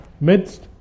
midst